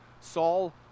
Saul